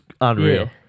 unreal